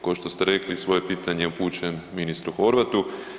Kao što ste rekli svoje pitanje upućujem ministru Horvatu.